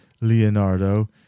leonardo